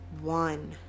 one